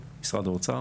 משרד האוצר